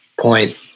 point